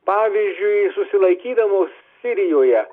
pavyzdžiui susilaikydamos sirijoje